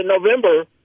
november